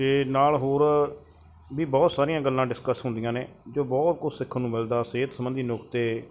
ਅਤੇ ਨਾਲ ਹੋਰ ਵੀ ਬਹੁਤ ਸਾਰੀਆਂ ਗੱਲਾਂ ਡਿਸਕਸ ਹੁੰਦੀਆਂ ਨੇ ਜੋ ਬਹੁਤ ਕੁਛ ਸਿੱਖਣ ਨੂੰ ਮਿਲਦਾ ਸਿਹਤ ਸੰਬੰਧੀ ਨੁਕਤੇ